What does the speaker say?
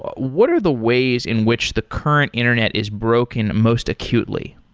ah what are the ways in which the current internet is broken most acutely?